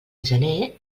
gener